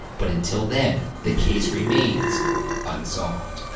but until then, the case remains unsolved.